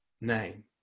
name